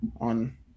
on